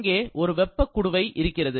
இங்கே ஒரு வெப்ப குடுவை இருக்கிறது